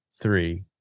three